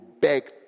begged